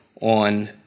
on